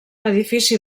edifici